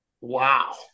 wow